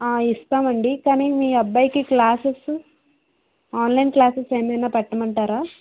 ఆ ఇస్తామండి కానీ మీ అబ్బాయికి క్లాసెస్ ఆన్లైన్ క్లాసెస్ ఏమైనా పెట్టమంటారా